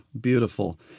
beautiful